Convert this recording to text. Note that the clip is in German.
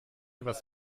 was